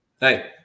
Hey